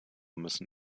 müssen